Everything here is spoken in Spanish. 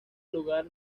lugar